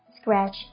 Scratch